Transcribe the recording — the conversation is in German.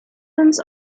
uns